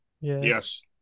yes